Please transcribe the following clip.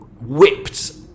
whipped